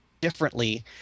differently